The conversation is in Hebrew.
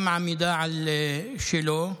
גם עמידה על שלו.